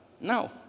No